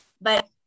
But-